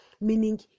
meaning